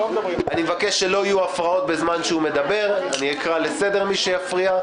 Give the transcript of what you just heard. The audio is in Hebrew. אני מבקש שלא תהיינה הפרעות אני אקרא לסדר למי שיפריע.